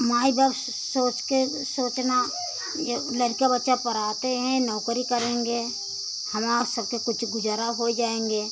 माई बाप सोच कर सोचना जो लड़का बच्चा पढ़ाते हैं नौकरी करेंगे हमारा सबका कुछ गुजारा हो जाएँगे